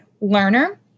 learner